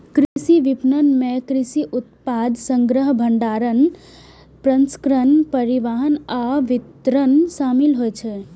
कृषि विपणन मे कृषि उत्पाद संग्रहण, भंडारण, प्रसंस्करण, परिवहन आ वितरण शामिल होइ छै